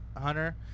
Hunter